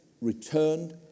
returned